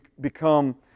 become